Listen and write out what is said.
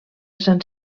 sant